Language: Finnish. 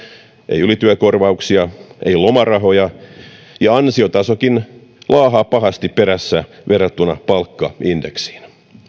ei ylityökorvauksia ei lomarahoja ja ansiotasokin laahaa pahasti perässä verrattuna palkkaindeksiin